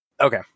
okay